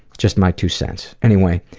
just my two sense, anyway.